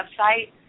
website